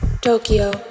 Tokyo